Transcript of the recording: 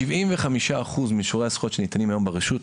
כ-75% מאישורי הזכויות שניתנים היום ברשות,